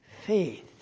faith